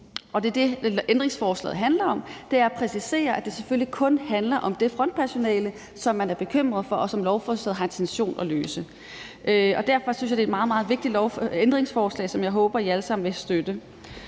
topniveau. Det, ændringsforslaget handler om, er at præcisere, at det selvfølgelig kun handler om det frontpersonale, som man er bekymret for, og som lovforslaget har intention om at løse. Derfor synes jeg, det er et meget, meget vigtigt ændringsforslag, som jeg håber alle sammen vil støtte.